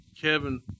Kevin